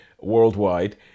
worldwide